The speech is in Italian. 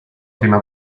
prima